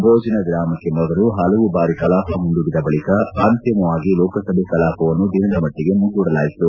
ಭೋಜನಾ ವಿರಾಮಕ್ಕೆ ಮೊದಲು ಹಲವು ಬಾರಿ ಕಲಾಪ ಮುಂದೂಡಿದ ಬಳಿಕ ಅಂತಿಮವಾಗಿ ಲೋಕಸಭೆ ಕಲಾಪವನ್ನು ದಿನದಮಟ್ಲಿಗೆ ಮುಂದೂಡಲಾಯಿತು